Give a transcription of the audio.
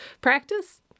practice